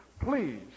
Please